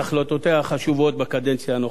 את החלטותיה החשובות בקדנציה הנוכחית,